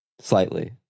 slightly